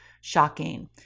Shocking